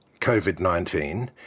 COVID-19